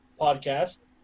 podcast